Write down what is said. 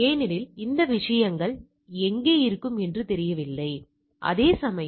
ஏனெனில் இந்த முழுப் பகுதியும் 1 மொத்த நிகழ்தகவு 1 ஆகும்